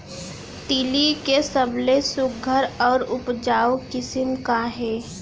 तिलि के सबले सुघ्घर अऊ उपजाऊ किसिम का हे?